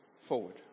forward